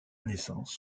naissance